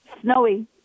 Snowy